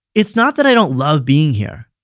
it's not that i don't love being here.